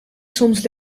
soms